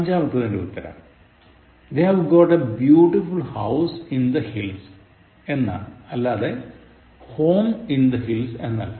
അഞ്ചാമത്തെത്തിന്റെ ശരിയുത്തരം They've got a beautiful house in the Hills എന്നാണ് അല്ലാതെ home in the hills എന്നല്ല